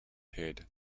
head